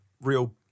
real